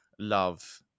love